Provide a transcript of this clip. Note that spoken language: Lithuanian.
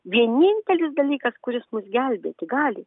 vienintelis dalykas kuris mus gelbėti gali